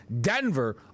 Denver